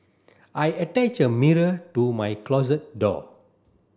I attach a mirror to my closet door